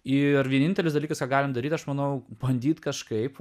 ir vienintelis dalykas ką galime daryti aš manau bandyti kažkaip